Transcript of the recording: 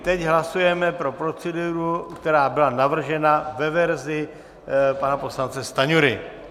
Teď hlasujeme pro proceduru, která byla navržena, ve verzi pana poslance Stanjury.